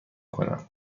کنم